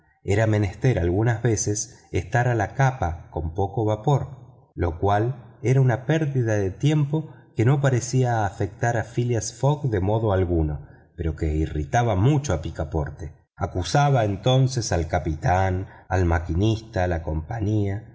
era menester algunas veces estar a la capa con poco vapor lo cual era una pérdida de tiempo que no parecía afectar a phileas fogg de modo alguno pero que irritaba mucho a picaporte acusaba entonces al capitán al maquinista a la compañía